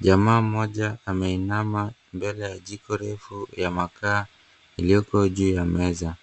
Jamaa mmoja ameinama mbele ya jiko refu ya makaa iliyoko juu ya meza.